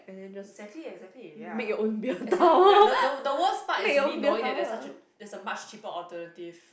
exactly exactly ya as in like the the the worst part is really knowing there's such a there's a much cheaper alternative